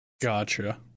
Gotcha